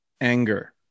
Anger